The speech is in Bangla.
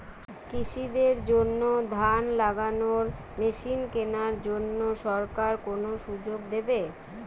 কৃষি দের জন্য ধান লাগানোর মেশিন কেনার জন্য সরকার কোন সুযোগ দেবে?